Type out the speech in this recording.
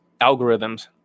algorithms